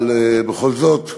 אבל בכל זאת,